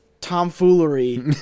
tomfoolery